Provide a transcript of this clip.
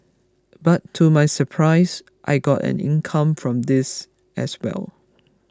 but to my surprise I got an income from this as well